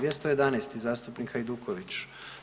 211. i zastupnik Hajduković.